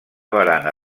barana